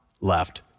left